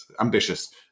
ambitious